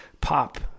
pop